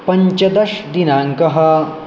पञ्चदश्दिनाङ्कः